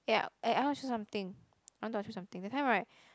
eh eh I want show you something I want to ask you something that time [right]